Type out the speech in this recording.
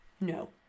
No